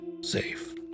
safe